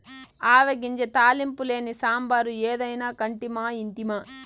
ఆవ గింజ తాలింపు లేని సాంబారు ఏదైనా కంటిమా ఇంటిమా